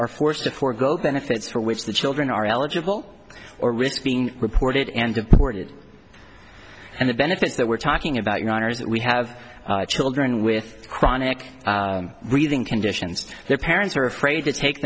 are forced to forgo benefits for which the children are eligible or risk being reported and of boarded and the benefits that we're talking about your honour's that we have children with chronic breathing conditions their parents are afraid to take